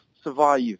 survive